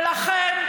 ולכן,